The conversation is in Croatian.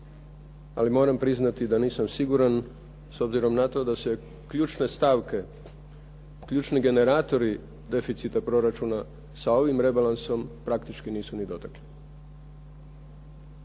Ali moram priznati da nisam siguran s obzirom na to da se ključne stavke, ključni generatori deficita proračuna sa ovim rebalansom praktički nisu ni dotakli.